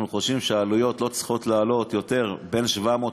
אנחנו חושבים שהעלויות לא צריכות להיות יותר מ-750,